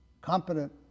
competent